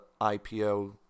IPO